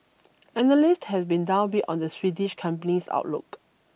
analysts have been downbeat on the Swedish company's outlook